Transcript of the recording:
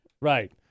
Right